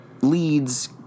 leads